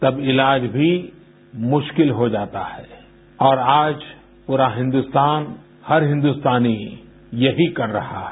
तब इलाज भी मुश्किल हो जाता है और आज पूरा हिन्दुस्तान हर हिन्दुस्तानी यही कर रहा है